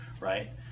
right